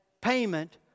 payment